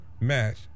match